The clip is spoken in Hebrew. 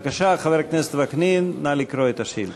בבקשה, חבר הכנסת וקנין, נא לקרוא את השאילתה.